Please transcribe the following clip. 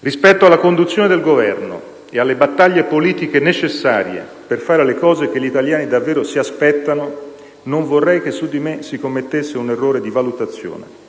Rispetto alla conduzione del Governo e alle battaglie politiche necessarie per fare le cose che gli italiani davvero si aspettano, non vorrei che su di me si commettesse un errore di valutazione.